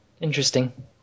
interesting